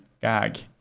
gag